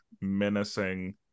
menacing